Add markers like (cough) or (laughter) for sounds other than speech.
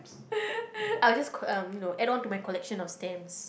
(laughs) I will just uh you know add on to my collection of stamps